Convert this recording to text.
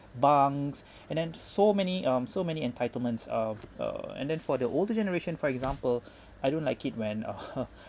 bunks and then so many um so many entitlements of uh and then for the older generation for example I don't like it when uh